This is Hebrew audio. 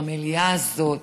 במליאה הזאת,